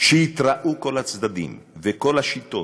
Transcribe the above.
שיתראו כל הצדדים וכל השיטות,